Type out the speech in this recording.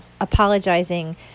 apologizing